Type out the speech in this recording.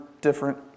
different